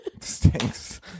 Stinks